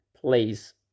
please